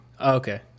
Okay